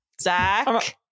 Zach